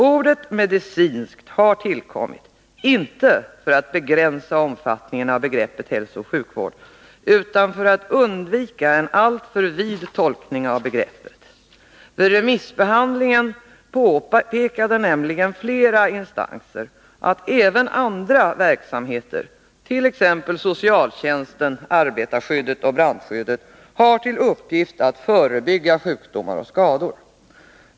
Ordet ”medicinskt” har tillkommit inte för att begränsa omfattningen av begreppet hälsooch sjukvård utan för att undvika en alltför vid tolkning av begreppet. Vid remissbehandlingen påpekade nämligen flera remissinstanser att även andra verksamheter, t.ex. socialtjänsten, arbetarskyddet och brandskyddet, har till uppgift att förebygga sjukdomar och skador.